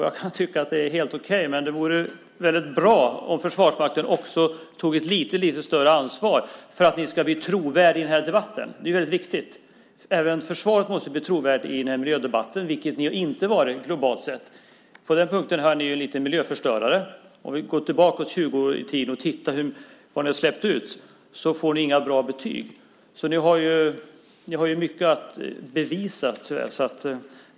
Jag kan tycka att det är helt okej, men det vore väldigt bra om Försvarsmakten också tog ett lite större ansvar. Det behövs för att ni ska bli trovärdiga i denna debatt. Det är ju väldigt viktigt. Även försvaret måste bli trovärdigt i denna miljödebatt, vilket ni inte har varit globalt sett. På den punkten är ni ju en miljöförstörare. Går vi tillbaka 20 år och tittar på vad ni har släppt ut ser man att ni inte får några bra betyg. Ni har alltså mycket att bevisa.